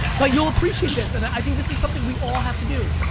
but you'll appreciate this and i think this is something we all have to do.